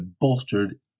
bolstered